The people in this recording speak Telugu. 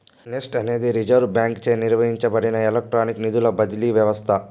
నెస్ట్ అనేది రిజర్వ్ బాంకీచే నిర్వహించబడే ఎలక్ట్రానిక్ నిధుల బదిలీ వ్యవస్త